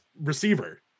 receiver